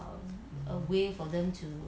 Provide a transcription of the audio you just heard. mm